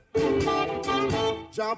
Jump